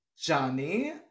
Johnny